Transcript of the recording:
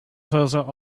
further